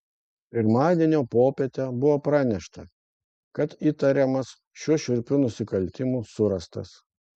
pirmadienio popietę buvo pranešta kad įtariamas šiuo šiurpiu nusikaltimu surastas